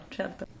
certo